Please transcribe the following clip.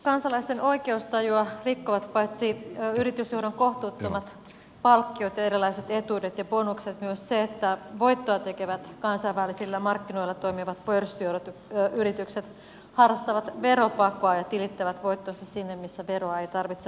kansalaisten oikeustajua rikkovat paitsi yritysjohdon kohtuuttomat palkkiot ja erilaiset etuudet ja bonukset myös se että voittoa tekevät kansainvälisillä markkinoilla toimivat pörssiyritykset harrastavat veropakoa ja tilittävät voittonsa sinne missä veroa ei tarvitse niin paljon maksaa